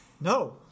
No